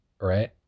right